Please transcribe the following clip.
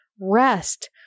rest